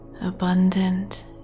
abundant